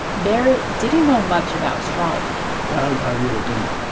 barrett didn't know much about astrology i really didn't.